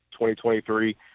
2023